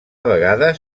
vegades